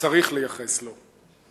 לייחס לו.